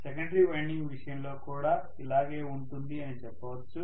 secondary winding విషయంలో కూడా ఇలాగే ఉంటుంది అని చెప్పొచ్చు